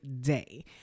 day